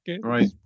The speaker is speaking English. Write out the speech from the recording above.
right